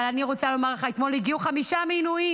אבל אני רוצה לומר לך, אתמול הגיעו חמישה מינויים.